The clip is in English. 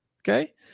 Okay